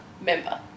member